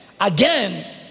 again